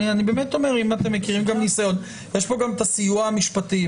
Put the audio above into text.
יש פה גם את הסיוע המשפטי.